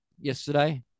yesterday